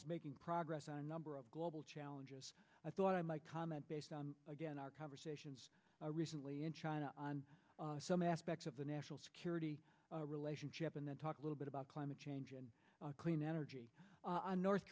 as making progress on a number of global challenges i thought i might comment based on again our conversations recently in china on some aspects of the national security relationship and then talk a little bit about climate change and clean energy and north